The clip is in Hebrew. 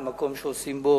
על מקום שעושים בו